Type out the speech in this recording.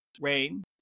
rain